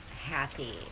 happy